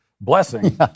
blessing